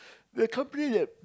the company that